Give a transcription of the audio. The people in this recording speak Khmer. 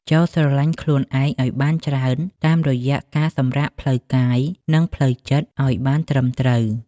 ចូរស្រឡាញ់ខ្លួនឯងឱ្យបានច្រើន តាមរយៈការសម្រាកផ្លូវកាយ និងផ្លូវចិត្តឱ្យបានត្រឹមត្រូវ។